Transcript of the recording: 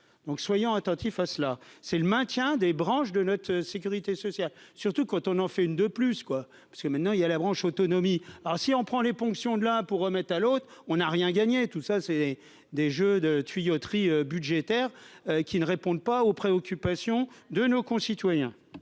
donc soyons attentifs à cela, c'est le maintien des branches de notre sécurité sociale, surtout quand on en fait une de plus, quoi, parce que maintenant il y a la branche autonomie alors si on prend les fonctions de la pour remettre à l'autre, on a rien gagné, tout ça c'est des jeux de tuyauterie budgétaire qui ne répondent pas aux préoccupations de nos concitoyens.